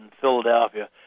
Philadelphia